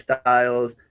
styles